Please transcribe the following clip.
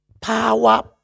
Power